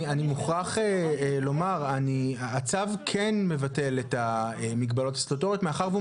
אני מוכרח לומר: הצו כן מבטל את המגבלות הסטטוטוריות מאחר והוא